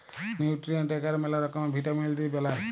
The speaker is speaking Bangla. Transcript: নিউট্রিয়েন্ট এগার ম্যালা রকমের ভিটামিল দিয়ে বেলায়